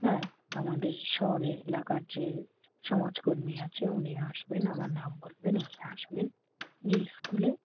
হ্যাঁ আমাদের শহরের এলাকার যে সমাজকর্মী আছে উনি আসবেন আমার নাম বলবেন উনি আসবেন এই স্কুলে